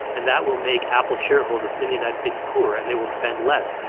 and that will make apple shareholders in the united states poorer, and they will spend less.